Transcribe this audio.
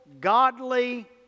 godly